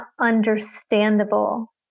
understandable